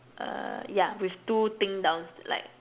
uh yeah with two thing down like